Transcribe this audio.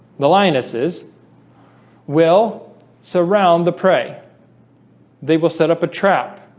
the lionesses will surround the prey they will set up a trap